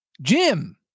Jim